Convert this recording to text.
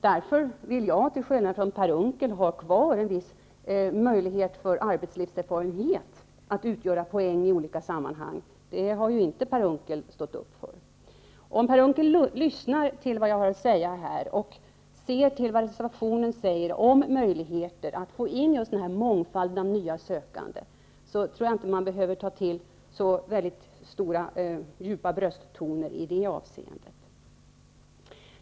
Därför vill jag, till skillnad från Per Unckel, ha kvar en viss möjlighet att låta arbetslivserfarenheten utgöra poäng i olika sammanhang. Det har inte Per Unckel ställt upp för. Om Per Unckel lyssnar till vad jag har att säga och ser på vad vi säger i reservationen om möjligheter att få in en mångfald av nya sökande, tror jag inte att han behöver ta till så väldigt djupa brösttoner i det avseendet.